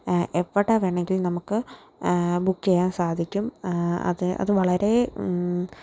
എവിടെ വേണമെങ്കിലും നമുക്ക് ബുക്ക് ചെയ്യാൻ സാധിക്കും അത് അത് വളരേ